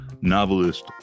novelist